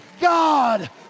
God